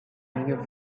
new